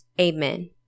Amen